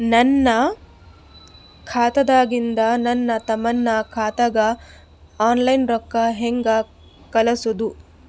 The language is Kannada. ನನ್ನ ಖಾತಾದಾಗಿಂದ ನನ್ನ ತಮ್ಮನ ಖಾತಾಗ ಆನ್ಲೈನ್ ರೊಕ್ಕ ಹೇಂಗ ಕಳಸೋದು?